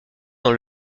dans